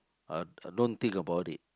uh I don't think about it